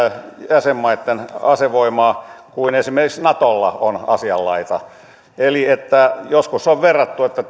jäsenmaitten asevoimaa kuin esimerkiksi natolla on asianlaita eli joskus on verrattu että